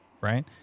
right